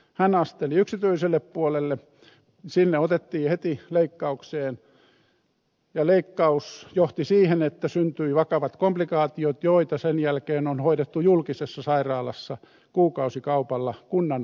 hän asteli yksityiselle puolelle sinne otettiin heti leikkaukseen ja leikkaus johti siihen että syntyivät vakavat komplikaatiot joita sen jälkeen on hoidettu julkisessa sairaalassa kuukausikaupalla kunnan laskuun